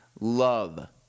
love